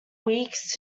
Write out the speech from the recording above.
weeks